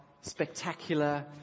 spectacular